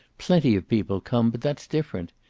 plenty of people come, but that's different.